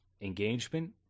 engagement